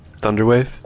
Thunderwave